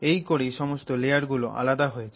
এই করেই সমস্ত লেয়ার গুলো আলাদা হয়েছে